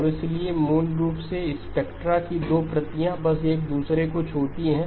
और इसलिए मूल रूप से स्पेक्ट्रा की दो प्रतियां बस एक दूसरे को छूती हैं